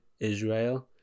Israel